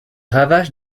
ravages